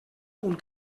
punt